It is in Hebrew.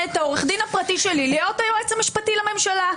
את העורך דין הפרטי שלי להיות היועץ המשפטי לממשלה.